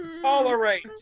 tolerate